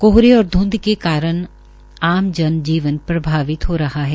कोहरे और धंध के कारण आज जन जीवन प्रभावित हो रहा है